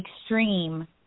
extreme